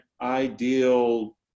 ideal